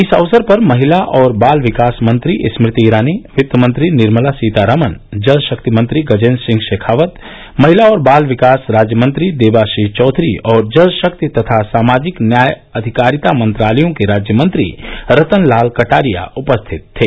इस अवसर पर महिला और बाल विकास मंत्री स्मृति ईरानी वित्तमंत्री निर्मला सीतारामन जलशक्ति मंत्री गजेन्द्र सिंह शेखावत महिला और बाल विकास राज्य मंत्री देवाश्री चौधरी और जल शक्ति तथा सामाजिक न्याय आधिकारिता मंत्रालयों के राज्य मंत्री रतन लाल कटारिया उपस्थित थे